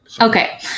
Okay